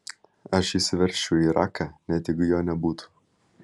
aš įsiveržčiau į iraką net jeigu jo nebūtų